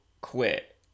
quit